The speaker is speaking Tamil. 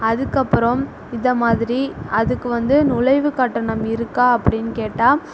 அதுக்கப்பறம் இத மாதிரி அதுக்கு வந்து நுழைவு கட்டணம் இருக்கா அப்படின் கேட்டால்